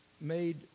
made